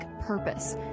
purpose